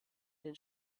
den